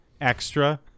extra